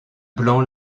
blanc